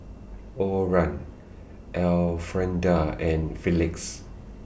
Orah Elfrieda and Felix